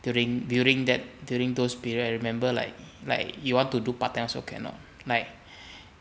during during that during those period I remember like like you want to do part time also cannot like